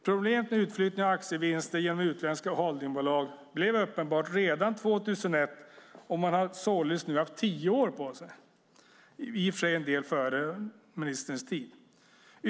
Problemet med utflyttning av aktievinster genom utländska holdingbolag blev uppenbart redan 2001, och man har nu således haft tio år på sig. Det var i och för sig delvis före ministerns tid som statsråd.